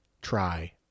try